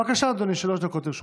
בבקשה, אדוני, שלוש דקות לרשותך.